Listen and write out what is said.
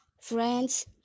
friends